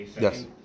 Yes